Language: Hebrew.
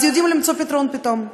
אז יודעים למצוא פתרון פתאום.